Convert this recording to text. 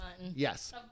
Yes